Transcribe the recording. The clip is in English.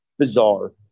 bizarre